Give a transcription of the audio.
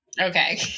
Okay